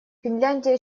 финляндия